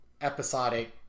episodic